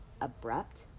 abrupt